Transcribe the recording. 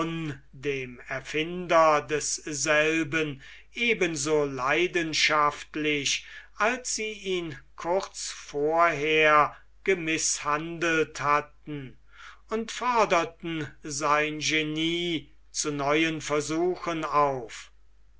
dem erfinder desselben eben so leidenschaftlich als sie ihn kurz vorher gemißhandelt hatten und forderten sein genie zu neuen versuchen auf